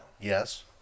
yes